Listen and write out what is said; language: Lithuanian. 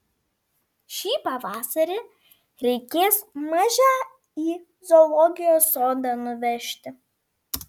šį pavasarį reikės mažę į zoologijos sodą nuvežti